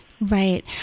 Right